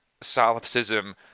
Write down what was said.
solipsism